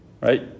right